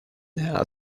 now